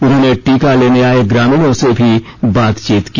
उन्होंने टीका लेने आए ग्रामीणों से भी बातचीत की